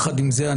עם זאת,